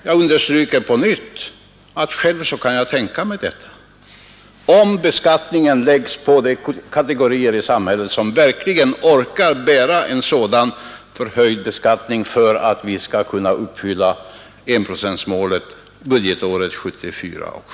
Jag understryker på nytt att själv kan jag tänka mig det, om beskattningen läggs på de kategorier i samhället som verkligen orkar bära en sådan förhöjd beskattning för att vi skall kunna uppfylla enprocentsmålet budgetåret 1974/75.